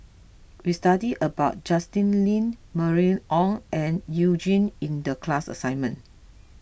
we studied about Justin Lean Mylene Ong and You Jin in the class assignment